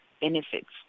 benefits